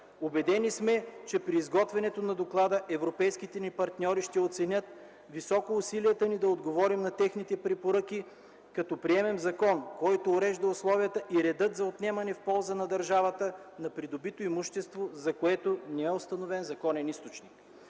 Убедени сме, че при изготвянето на доклада европейските ни партньори ще оценят високо усилията ни да отговорим на техните препоръки, като приемем закон, който урежда условията и реда за отнемане в полза на държавата на придобито имущество, за което не е установен законен източник.